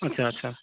আচ্ছা আচ্ছা